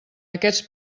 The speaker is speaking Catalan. aquests